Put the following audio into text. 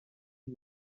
ich